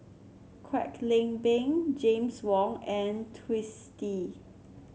Kwek Leng Beng James Wong and Twisstii